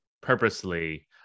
purposely